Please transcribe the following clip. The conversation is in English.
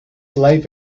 life